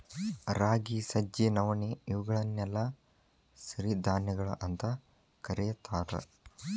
ರಾಗಿ, ಸಜ್ಜಿ, ನವಣಿ, ಇವುಗಳನ್ನೆಲ್ಲ ಸಿರಿಧಾನ್ಯಗಳು ಅಂತ ಕರೇತಾರ